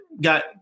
got